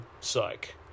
psych